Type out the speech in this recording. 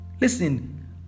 Listen